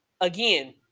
Again